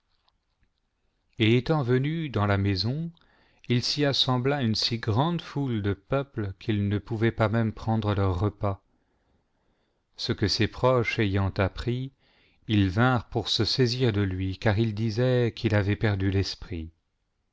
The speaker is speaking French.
et étant venus dans la maison il s'y assembla une si grande foule de peuple qu'ils ne pouvaient pas même prendre leur repas ce que ses proches ayant appris ils vinrent pour se saisir de lui car ils disaient qu'il avait perdu l'esprit